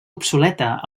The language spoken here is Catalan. obsoleta